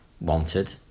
wanted